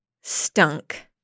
stunk-